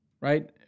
right